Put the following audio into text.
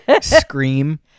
Scream